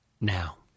now